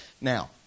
Now